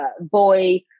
boy